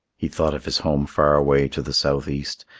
he thought of his home far away to the south-east,